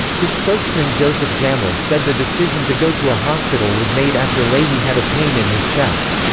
his spokesman joseph jamele said the decision to go to a hospital was made after leahy had a pain in his chest.